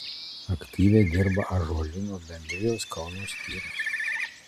aktyviai dirba ąžuolyno bendrijos kauno skyrius